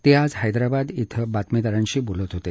ते आज हैदराबाद श्वे बातमीदारांशी बोलत होते